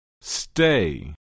stay